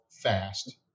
fast